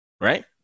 Right